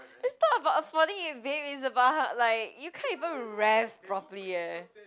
it's not about affording it babe is about how like you can't even rev properly eh